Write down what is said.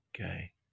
Okay